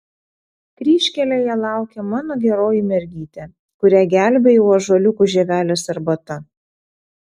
kryžkelėje laukia mano geroji mergytė kurią gelbėjau ąžuoliukų žievelės arbata